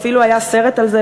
אפילו היה סרט על זה,